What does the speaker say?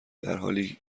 درحالی